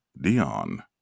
Dion